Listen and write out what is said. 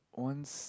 once